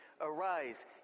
arise